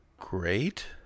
great